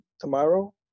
tomorrow